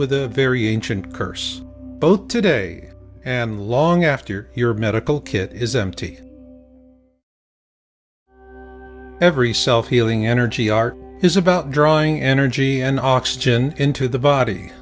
with a very ancient curse both today and long after your medical kit is empty every self healing energy is about drawing energy an oxygen into the body